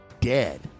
dead